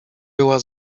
była